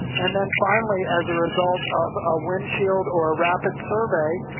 and then finally, as a result of a windshield or rapid survey,